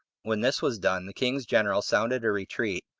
when this was done, the king's general sounded a retreat,